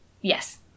Yes